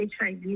HIV